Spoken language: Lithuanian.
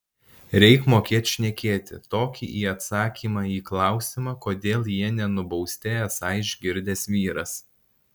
reik mokėt šnekėti tokį į atsakymą į klausimą kodėl jie nenubausti esą išgirdęs vyras